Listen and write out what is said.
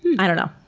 i don't know.